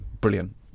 brilliant